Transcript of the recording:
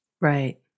Right